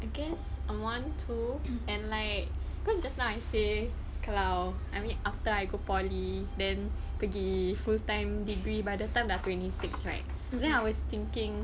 against on one too and like cause just now I say kalau I mean after I go poly then pergi full time degree by the time they're twenty six right then I was thinking